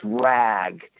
drag